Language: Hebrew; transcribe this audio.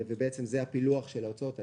זה הפילוח של ההוצאות.